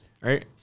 right